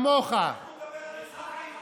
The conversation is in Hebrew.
איך הוא מדבר על אזרחים?